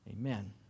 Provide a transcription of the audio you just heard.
amen